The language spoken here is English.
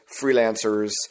freelancers